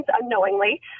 unknowingly